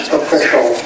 official